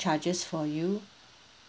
charges for you